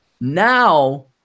Now